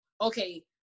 okay